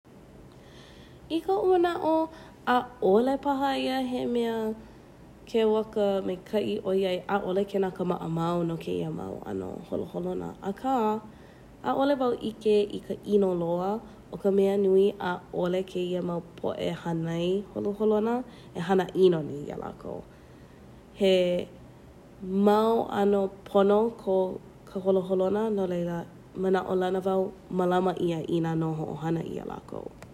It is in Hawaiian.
I koʻu manaʻo ʻaʻole paha ʻia he mea ke waka maikaʻi ʻoiai ʻaʻole kēnā ka maʻamau kēia mau ʻano holoholonā akā ʻaʻole wau ʻike i ka ʻino loa o ka mea nui ʻaʻole kēia mau poʻe hānai holoholonā e hanaʻino nui iā lākou He mau ʻano pono ko ka holoholonā no laila manaʻo lana wau mālama ʻia i nā no hoʻohana ia lākou.